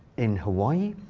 in hawaii.